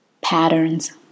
Patterns